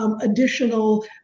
additional